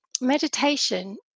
meditation